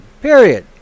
Period